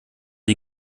die